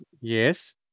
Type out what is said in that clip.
Yes